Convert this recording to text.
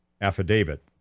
affidavit